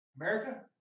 America